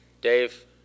Dave